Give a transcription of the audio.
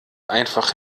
einfach